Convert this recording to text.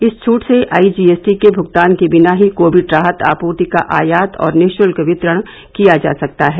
इस छूट से आई जी एस टी के भुगतान के बिना ही कोविड राहत आपूर्ति का आयात और निशुल्क वितरण किया जा सकता है